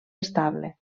estable